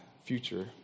future